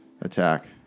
attack